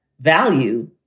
value